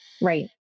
Right